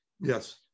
Yes